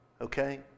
Okay